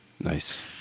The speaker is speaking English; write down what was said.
nice